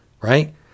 right